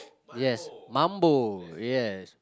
yes Mambo yes